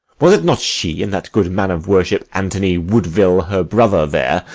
was it not she and that good man of worship, antony woodville, her brother there,